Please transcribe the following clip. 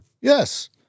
Yes